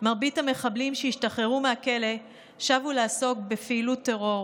מרבית המחבלים שהשתחררו מהכלא שבו לעסוק בפעילות טרור,